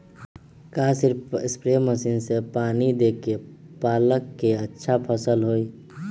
का सिर्फ spray machine से पानी देके पालक के अच्छा फसल होई?